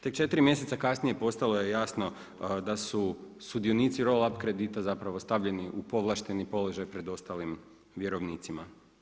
Tek 4 mjeseca kasnije postalo je jasno da su sudionici roll up kredita zapravo stavljeni u povlašteni položaj pred ostalim vjerovnicima.